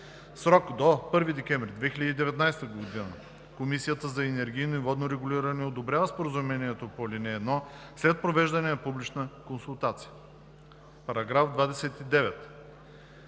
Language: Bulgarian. срок до 1 декември 2019 г. Комисията за енергийно и водно регулиране одобрява споразумението по ал. 1 след провеждане на публична консултация. § 29.